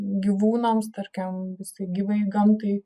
gyvūnams tarkim visai gyvajai gamtai